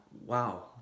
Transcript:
wow